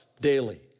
daily